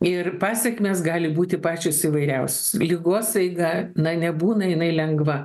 ir pasekmės gali būti pačios įvairiausios ligos eiga na nebūna jinai lengva